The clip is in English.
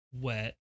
wet